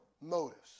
motives